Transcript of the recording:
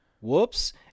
whoops